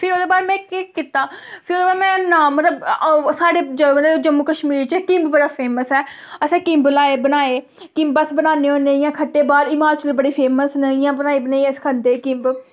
फ्ही ओह्दे बाद में केह् कीता फ्ही ओह्दे बाद में मतलब साढ़े जम्मू कश्मीर च किंब बड़ा फेमस ऐ असें किंब लाए बनाये किंब अस बनाने होने इ'या खट्टे बाहर हिमाचल बड़े फेमस न इ'यां बनाई बनुइये खंदे हे अस किंब